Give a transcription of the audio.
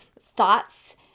thoughts